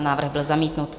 Návrh byl zamítnut.